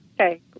Okay